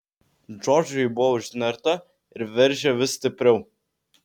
džordžui ji buvo užnerta ir veržė vis stipriau